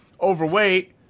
overweight